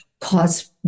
cause